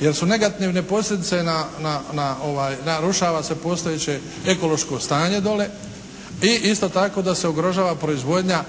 jer su negativne posljedice, narušava se postojeće ekološko stanje dole. I isto tako da se ugrožava proizvodnja